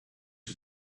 was